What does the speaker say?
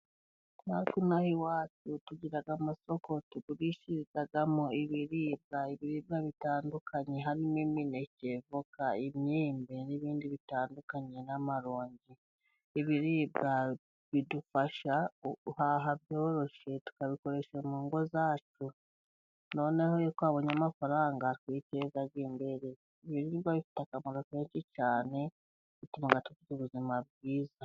Natwe ino aha iwacu, tugira amasoko tugurishirizamo ibiribwa, ibiribwa bitandukanye, harimo imineke, avoka, imyembe n'ibindi bitandukanye, n'amaronji, ibiribwa bidufasha guhaha byoroshye, tukabikoresha mu ngo zacu, noneho iyo twabonye amafaranga twiteza imbere, ibiribwa bifite akamaro kenshi cyane, bituma tugira ubuzima bwiza.